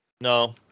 No